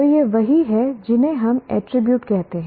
तो ये वही हैं जिन्हें हम अटरीब्यूट कहते हैं